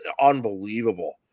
unbelievable